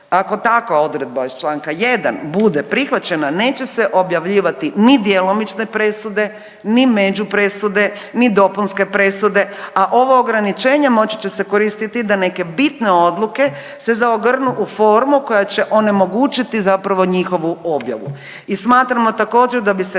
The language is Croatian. Ako takva odredba iz čl. 1. bude prihvaćena neće se objavljivati ni djelomične presude, ni među presude, ni dopunske presude, a ovo ograničenje moći će se koristiti da neke bitne odluke se zaogrnu u formu koja će onemogućiti zapravo njihovu objavu. I smatramo također da bi se